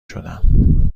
شدم